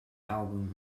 album